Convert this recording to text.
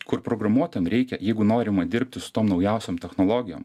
kur programuotojam reikia jeigu norima dirbti su tom naujausiom technologijom